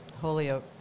Holyoke